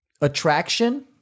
attraction